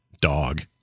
dog